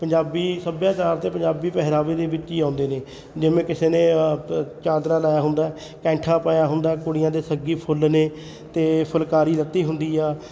ਪੰਜਾਬੀ ਸੱਭਿਆਚਾਰ ਅਤੇ ਪੰਜਾਬੀ ਪਹਿਰਾਵੇ ਦੇ ਵਿੱਚ ਹੀ ਆਉਂਦੇ ਨੇ ਜਿਵੇਂ ਕਿਸੇ ਨੇ ਤ ਚਾਦਰਾ ਲਾਇਆ ਹੁੰਦਾ ਕੈਂਠਾ ਪਾਇਆ ਹੁੰਦਾ ਕੁੜੀਆਂ ਦੇ ਸੱਗੀ ਫੁੱਲ ਨੇ ਅਤੇ ਫੁਲਕਾਰੀ ਲੱਤੀ ਹੁੰਦੀ ਆ